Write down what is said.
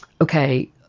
okay